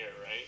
right